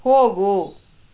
ಹೋಗು